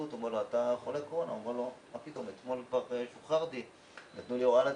הוא אמר שהוא החלים אבל השוטר אמר לו שזה לא לפי המוקד.